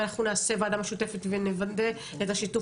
ואנחנו נעשה וועדה משותפת ונוודא את השיתוף